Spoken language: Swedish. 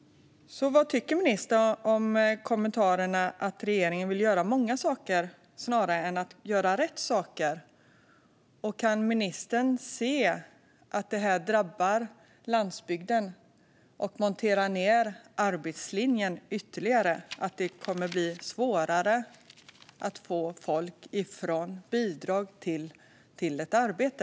Vad tycker ministern om kommentaren att regeringen vill göra många saker snarare än att göra rätt saker? Och kan ministern se att det här drabbar landsbygden, att det monterar ned arbetslinjen ytterligare och att det kommer att bli svårare att få folk att gå från bidrag till ett arbete?